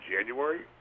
January